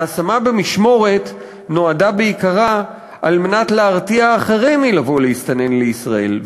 ההשמה במשמורת נועדה בעיקרה להרתיע אחרים מלבוא להסתנן לישראל,